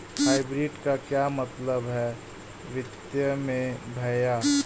Hybrid का क्या मतलब है वित्तीय में भैया?